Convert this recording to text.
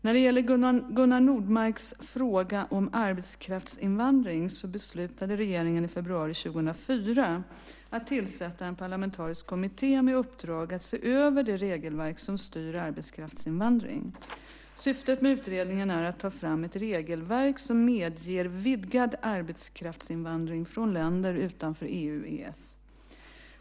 När det gäller Gunnar Nordmarks fråga om arbetskraftsinvandring beslutade regeringen i februari 2004 att tillsätta en parlamentarisk kommitté med uppdrag att se över det regelverk som styr arbetskraftsinvandring. Syftet med utredningen är att ta fram ett regelverk som medger vidgad arbetskraftsinvandring från länder utanför EU/EES.